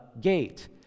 gate